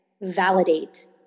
validate